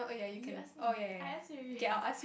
you ask me I ask you already